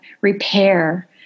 repair